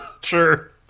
Sure